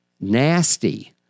nasty